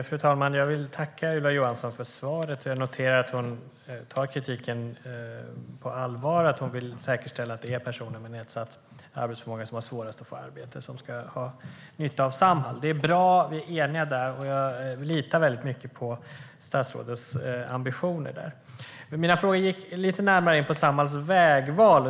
Fru talman! Jag vill tacka Ylva Johansson för svaret. Jag noterar att hon tar kritiken på allvar och vill säkerställa att det är personer med nedsatt arbetsförmåga som har svårast att få arbete som ska ha nytta av Samhall. Det är bra. Vi är eniga där, och jag litar mycket på statsrådets ambitioner där. Mina frågor gick dock lite närmare in på Samhalls vägval.